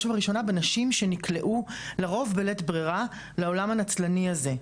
ובראשונה בנשים שנקלעו לרוב בלית ברירה לעולם הנצלני הזה.